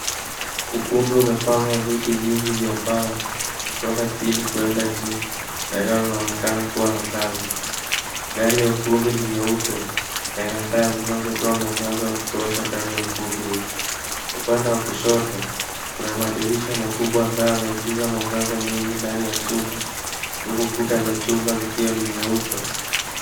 Ukumbi umepangwa viti vingi vya mbao kutoka chini kuenda juu ambayo yanaonekana kuwa na ngazi. Gari ya ukumbi ni nyeusi na ina taa zinatoa mwangaza wa kutosha kwenye ukumbi huu. Upande wa kushoto, kuna madirisha makubwa ambayo yanaingiza mwangaza mwingi ndani ya chumba huku kuta za chuma zikiwa ni nyeupe.